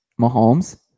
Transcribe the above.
Mahomes